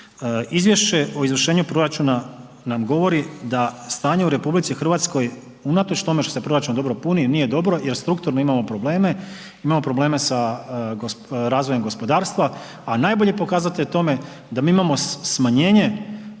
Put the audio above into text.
Izvješće o izvršenju proračuna nam govori da stanje u RH unatoč tome što se proračun puni nije dobro jer strukturno imamo probleme, imamo probleme sa razvojem gospodarstva, a najbolji pokazatelj tome da mi imamo smanjenje